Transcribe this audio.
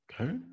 okay